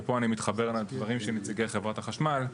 ופה אני מתחבר לדברים של נציגי חברת החשמל.